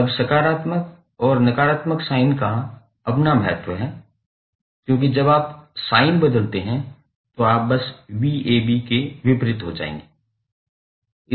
अब सकारात्मक और नकारात्मक साइन का अपना महत्व है क्योंकि जब आप साइन बदलते हैं तो आप बस के विपरीत हो जाएंगे